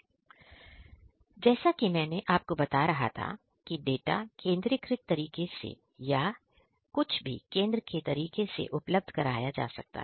जो जैसा कि मैं आपको बता रहा था कि यह डाटा केंद्रीकृत तरीके से या कुछ भी केंद्र के तरीके से भी उपलब्ध कराया जा सकता है